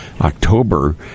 October